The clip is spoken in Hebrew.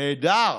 נהדר.